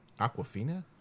aquafina